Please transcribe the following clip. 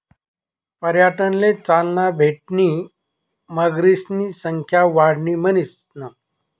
पर्यटनले चालना भेटणी मगरीसनी संख्या वाढणी म्हणीसन